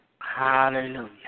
Hallelujah